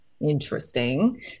interesting